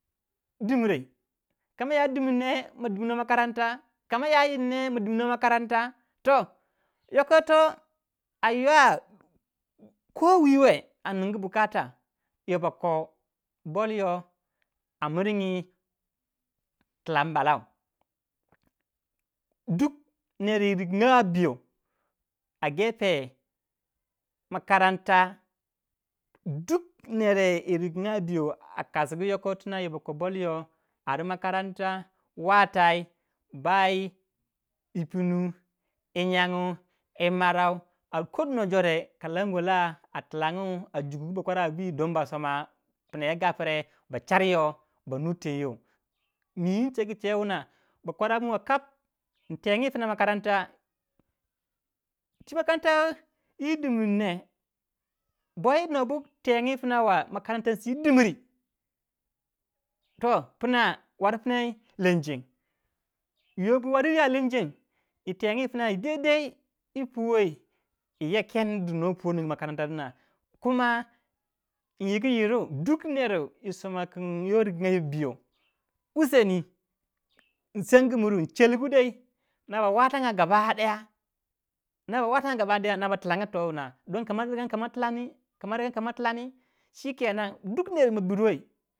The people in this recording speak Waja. Koma ya dimir he ma dimnuwei makaranta koma ya yir ne ma dimnuwe makaranta yoko yito a yua ko wiweh a ningu ai ya ba kor bolyo a miringi tilan blau duk ner wu riganga a biyo a gepe makaranta duu nere a ringonga a biyo a kosgu yoko yitina boko bolyo ar makaranta watai bai yi pinu, yinyanngu yu marau a ko dono jore ka lamwe la tilangu a jukugu bakwarabi don bosoma pina yi gapre ba char yo ba nu ten you me wun cheg cheu wuna bokwara muwa kap integ puna makaranta twi idimune yi dimir ne boi nobu tengi puna wa makaranta si dimri toh puna war punai lenjeng yo bu wori yiri ya lenjeng yi tengi pun twi yi puwei yogu kendu kuma inyigu yiru duk neru soma kin yon riganga ye biyou usein in sengu buru no ba watanga gabadaya no ba tiinga towuna kama tiioni shikenan ma dukruwai sonnuwei.